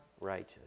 righteous